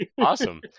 awesome